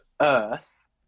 Earth